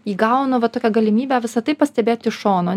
įgaunu va tokią galimybę visa tai pastebėti iš šono